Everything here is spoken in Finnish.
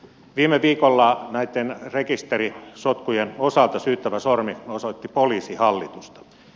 viime viikolla näitten rekisterisotkujen osalta syyttävä sormi osoitti poliisihallitusta